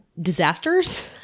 disasters